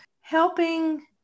helping